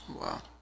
Wow